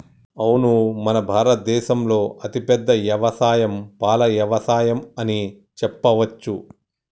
అవును మన భారత దేసంలో అతిపెద్ద యవసాయం పాల యవసాయం అని చెప్పవచ్చు